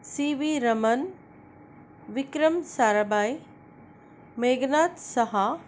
C V Raman Vikram Sarabhai Meghnad सहा